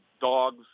dogs